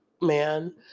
man